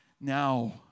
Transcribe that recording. now